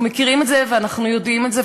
אנחנו מכירים את זה ואנחנו יודעים את זה,